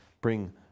bring